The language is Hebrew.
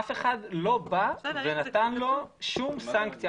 אף אחד לא בא ונתן לו שום סנקציה,